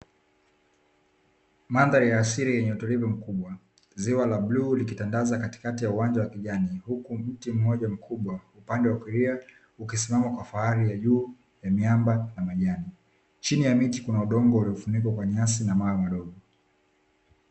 Mandhari ya asili yenye utulivu mkubwa, ziwa la bluu likitandaza katikati ya uwanja wa kijani, huku mti mmoja mkubwa upande wa kulia ukisimama kwa fahari ya juu ya miamba na majani, chini ya miti kuna udongo uliofunikwa kwa nyasi na mawe madogo.